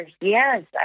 yes